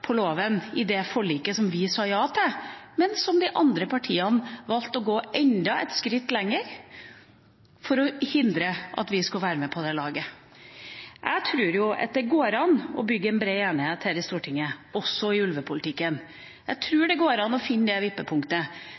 i loven, i det forliket som vi sa ja til, men de andre partiene valgte å gå enda et skritt lenger for å hindre at vi skulle være med på det laget. Jeg tror at det går an å bygge en bred enighet her i Stortinget, også i ulvepolitikken. Jeg tror det går an å finne det vippepunktet.